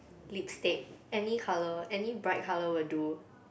lipstick any colour any bright colour will do